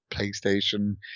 PlayStation